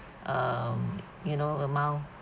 um you know amount